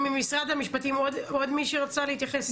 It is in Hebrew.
ממשרד המשפטים עוד מישהי רצתה להתייחס?